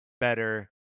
better